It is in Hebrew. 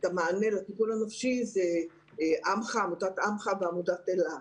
את המענה לטיפול הנפשי זה עמותת "עמך" ועמותת "אלה".